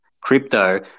crypto